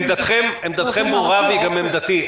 עמדתכם ברורה והיא גם עמדתי.